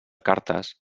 cartes